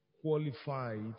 qualified